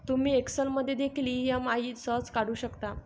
तुम्ही एक्सेल मध्ये देखील ई.एम.आई सहज काढू शकता